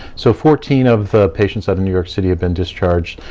so fourteen of the patients out of new york city have been discharged.